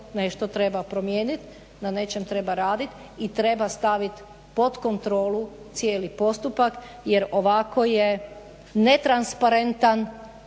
nešto treba promijeniti, na nečem treba raditi i treba staviti pod kontrolu cijeli postupak jer ovako je netransparentan